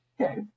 okay